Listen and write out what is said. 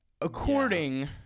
according